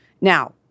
Now